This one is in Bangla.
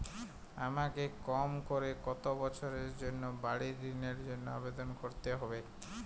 আমাকে কম করে কতো বছরের জন্য বাড়ীর ঋণের জন্য আবেদন করতে হবে?